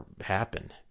happen